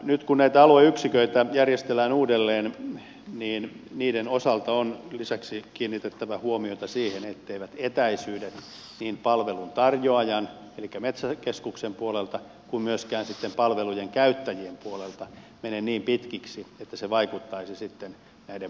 nyt kun näitä alueyksiköitä järjestellään uudelleen niiden osalta on lisäksi kiinnitettävä huomiota siihen etteivät etäisyydet niin palveluntarjoajan elikkä metsäkeskuksen puolelta kuin myöskään sitten palvelujen käyttäjien puolelta mene niin pitkiksi että se vaikuttaisi sitten näiden palvelujen käyttöön